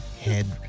head